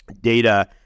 data